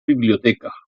biblioteca